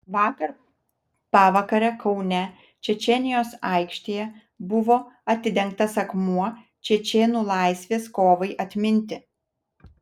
vakar pavakare kaune čečėnijos aikštėje buvo atidengtas akmuo čečėnų laisvės kovai atminti